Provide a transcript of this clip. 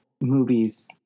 movies